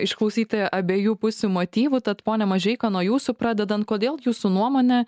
išklausyti abiejų pusių motyvų tad pone mažeika nuo jūsų pradedant kodėl jūsų nuomone